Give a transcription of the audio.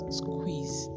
squeeze